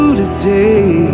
today